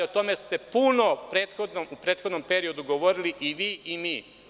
O tome ste puno u prethodnom periodu govorili i vi mi.